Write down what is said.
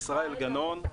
ישראל גנון,